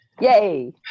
Yay